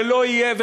שלא יהיה,